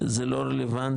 זה לא רלוונטי,